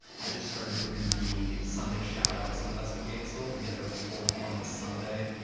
i just started doing the sunday shoutouts on best of gainesville. we get our fourth one this sunday.